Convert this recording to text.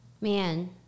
Man